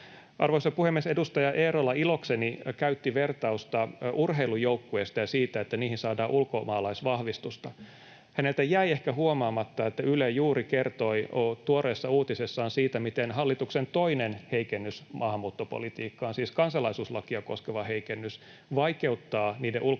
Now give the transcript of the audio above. Arvoisa puhemies! Edustaja Eerola ilokseni käytti vertausta urheilujoukkueesta ja siitä, että niihin saadaan ulkomaalaisvahvistusta. Häneltä jäi ehkä huomaamatta, että Yle juuri kertoi tuoreessa uutisessaan siitä, miten hallituksen toinen heikennys maahanmuuttopolitiikkaan, siis kansalaisuuslakia koskeva heikennys, vaikeuttaa niiden ulkomaalaisvahvistusten